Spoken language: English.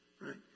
right